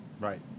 Right